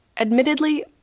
Admittedly